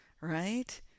right